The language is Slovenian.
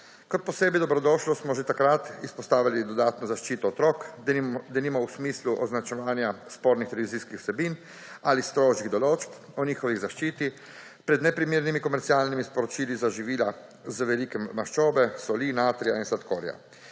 Kot posebej dobrodošlo smo že takrat izpostavili dodatno zaščito otrok, denimo v smislu označevanja spornih televizijskih vsebin ali strožjih določb o njihovi zaščiti pred neprimernimi komercialnimi sporočili za živila z veliko maščobe, soli, natrija in sladkorja.